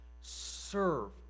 Serve